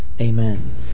Amen